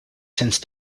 since